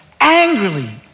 angrily